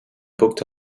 booked